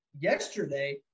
yesterday